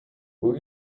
will